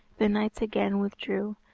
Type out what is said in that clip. the knights again withdrew,